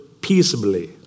peaceably